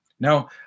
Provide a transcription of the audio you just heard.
Now